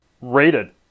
Rated